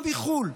גם מחו"ל,